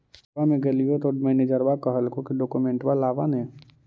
बैंकवा मे गेलिओ तौ मैनेजरवा कहलको कि डोकमेनटवा लाव ने?